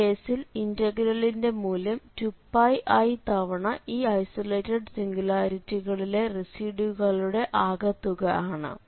ഈ കേസിൽ ഇന്റഗ്രലിന്റെ മൂല്യം 2πi തവണ ഈ ഐസൊലേറ്റഡ് സിംഗുലാരിറ്റികളിലെ റെസിഡ്യൂകളുടെ ആകെത്തുക ആണ്